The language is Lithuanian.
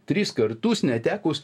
tris kartus netekus